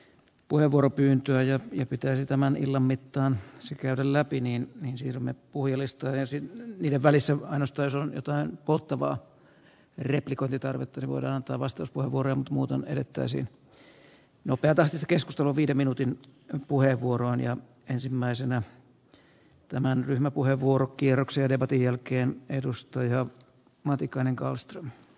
puheenvuoropyyntöjä pitäisi tämän illan mittaan etsi kävellä pieneen niin silmä puhveleista ensin niiden välissä ainesta jos jotain polttavaa replikointitarvetta sivurantavastus punavuoren muuton edettäisiin nopeata keskustelu viiden minuutin puheenvuoron ja ensimmäisenä tämän ryhmäpuheenvuorokierroksia debatin jälkeen edustaja matikainen he tekevät